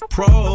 Pro